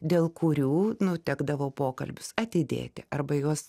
dėl kurių nu tekdavo pokalbius atidėti arba juos